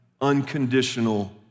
unconditional